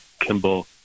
Kimball